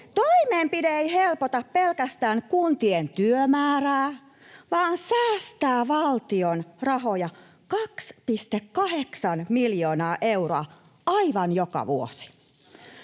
Toimenpide ei helpota pelkästään kuntien työmäärää, vaan säästää valtion rahoja 2,8 miljoonaa euroa aivan joka vuosi.